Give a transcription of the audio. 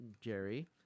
Jerry